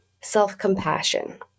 self-compassion